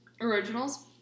originals